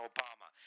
Obama